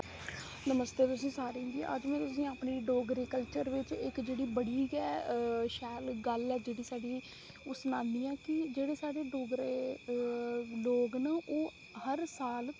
नमस्ते तुसें सारे कि अज्ज में अज्ज में तुसें ईअपने डोगरी कल्चर बिच इक जेह्ड़ी बड़ी गै शैल गल्ल ऐ जेह्ड़ी साढ़ी ओह् सनानी ऐ कि जेह्ड़े साढ़े डोगरे लोग न ओह् हर साल